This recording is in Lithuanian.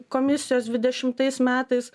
komisijos dvidešimtais metais